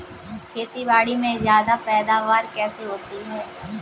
खेतीबाड़ी में ज्यादा पैदावार कैसे होती है?